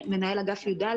מנהל אגף י"ד.